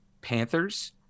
Panthers